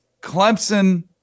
Clemson